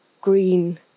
green